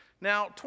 Now